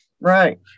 Right